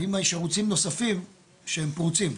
האם יש ערוצים נוספים שהם פרוצים?